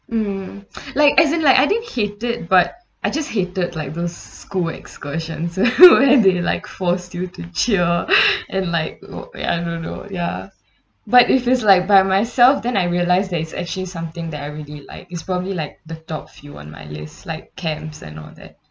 mm like as in like I didn't hate it but I just hated like those school excursions when they like forced you to cheer and like uh I don't know ya but if it's like by myself then I realise that it's actually something that I really like it's probably like the top few in my list like camps and all that